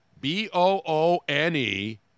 B-O-O-N-E